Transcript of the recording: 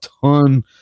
ton